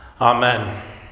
Amen